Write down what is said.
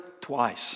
twice